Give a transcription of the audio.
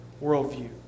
worldview